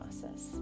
process